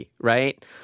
right